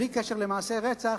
בלי קשר למעשי רצח,